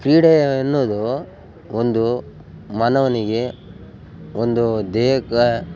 ಕ್ರೀಡೆಯನ್ನೋದು ಒಂದು ಮಾನವನಿಗೆ ಒಂದು ದೇಹಕ್ಕೆ